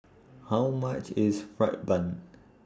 How much IS Fried Bun